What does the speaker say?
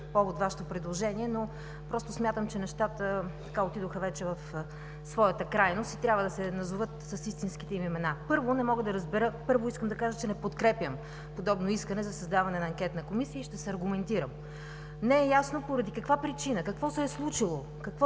Първо искам да кажа, че не подкрепям подобно искане за създаване на такава Комисия и ще се аргументирам. Не е ясно: поради каква причина, какво се случи,